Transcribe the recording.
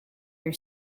your